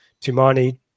Tumani